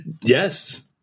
yes